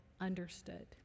understood